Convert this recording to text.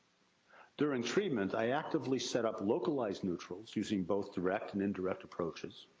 during treatment, i actively set up localized neutrals, using both direct and indirect approaches.